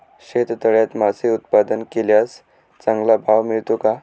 शेततळ्यात मासे उत्पादन केल्यास चांगला भाव मिळतो का?